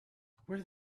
where